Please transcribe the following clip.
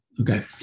okay